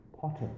potter